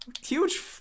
huge